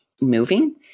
moving